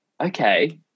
okay